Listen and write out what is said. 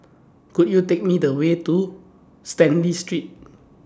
Could YOU Take Me The Way to Stanley Street